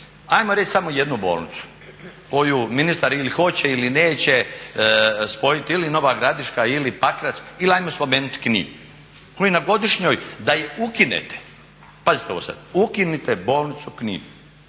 hajmo reći samo jednu bolnicu koju ministar ili hoće ili neće spojiti ili Nova Gradiška ili Pakrac ili hajmo spomenuti Knin koji na godišnjoj da je ukinete pazite ovo sad, ukinite bolnicu u Kninu.